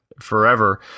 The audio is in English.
forever